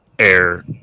Air